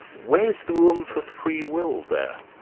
where's the room for free will there?